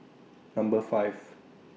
Number five